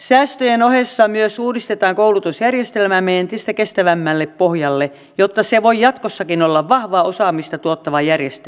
säästöjen ohessa myös uudistetaan koulutusjärjestelmäämme entistä kestävämmälle pohjalle jotta se voi jatkossakin olla vahvaa osaamista tuottava järjestelmä